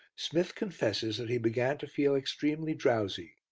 smith confesses that he began to feel extremely drowsy.